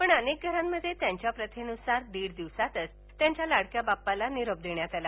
पण अनेक घरामध्ये त्यांच्या प्रथेन्सार दीड दिवसातच त्यांच्या लाडक्या बाप्पाला काल निरोप देण्यात आला